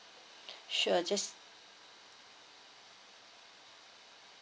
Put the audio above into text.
sure just